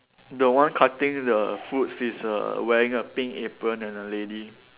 the one cutting the fruits is err wearing a pink apron and a lady